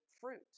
fruit